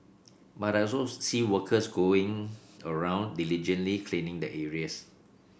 but I also see workers going around diligently cleaning the areas